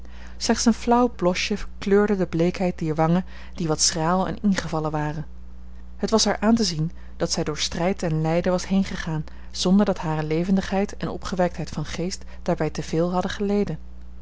slechts een flauw blosje kleurde de bleekheid dier wangen die wat schraal en ingevallen waren het was haar aan te zien dat zij door strijd en lijden was heengegaan zonder dat hare levendigheid en opgewektheid van geest daarbij te veel hadden geleden